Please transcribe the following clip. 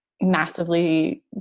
massively